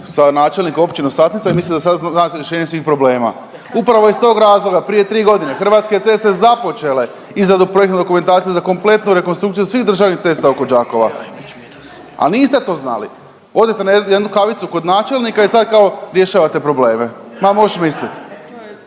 načelnikom Općine Satnica i misli da sada zna rješenje svih problema. Upravo iz tog razloga prije tri godine Hrvatske ceste započele izradu projektne dokumentacije za kompletnu rekonstrukciju svih državnih cesta oko Đakova, a niste to znali. Odete na jednu kavicu kod načelnika i sad kao rješavate probleme, ma moš mislit,